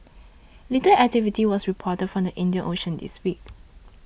little activity was reported from the Indian Ocean this week